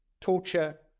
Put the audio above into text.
torture